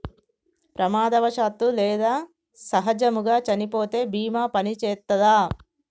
ప్రమాదవశాత్తు లేదా సహజముగా చనిపోతే బీమా పనిచేత్తదా?